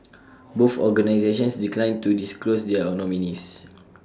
both organisations declined to disclose their nominees